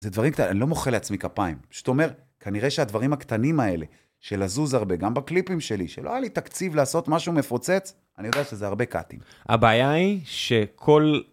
זה דברים קטנים, אני לא מוחא לעצמי כפיים. זאת אומרת, כנראה שהדברים הקטנים האלה, של לזוז הרבה, גם בקליפים שלי, שלא היה לי תקציב לעשות משהו מפוצץ, אני יודע שזה הרבה קאטים. הבעיה היא שכל...